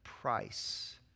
Price